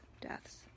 deaths